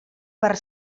per